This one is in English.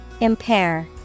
Impair